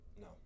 No